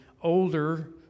older